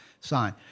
sign